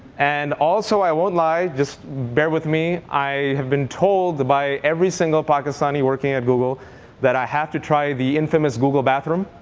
and also i won't lie. just bear with me i have been told by every single pakistani working at google that i have to try the infamous google bathroom,